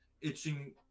itching